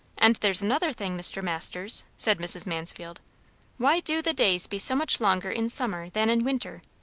and there's another thing, mr. masters, said mrs. mansfield why do the days be so much longer in summer than in winter?